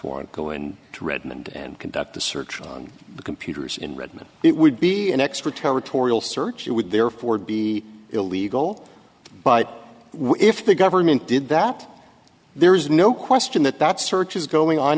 warrant go in to redmond and conduct the search on the computers in redmond it would be an extra territorial search it would therefore be illegal but what if the government did that there is no question that that search is going on